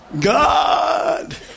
God